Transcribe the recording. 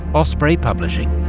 osprey publishing.